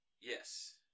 Yes